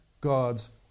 God's